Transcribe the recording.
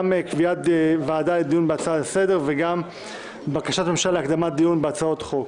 גם קביעת ועדה לדיון בהצעה לסדר וגם בקשת ממשלה להקדמת דיון בהצעות חוק.